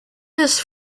this